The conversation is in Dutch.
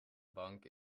bank